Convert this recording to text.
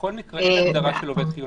בכל מקרה יש הגדרה של עובד חיוני.